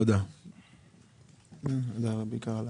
תודה רבה.